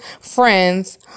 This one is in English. friends